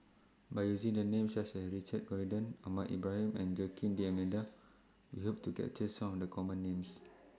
By using Names such as Richard Corridon Ahmad Ibrahim and Joaquim D'almeida We Hope to capture Some of The Common Names